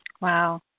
Wow